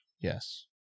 Yes